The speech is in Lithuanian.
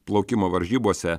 plaukimo varžybose